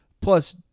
Plus